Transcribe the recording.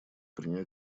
принять